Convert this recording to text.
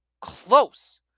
close